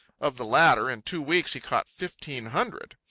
of the latter, in two weeks he caught fifteen hundred.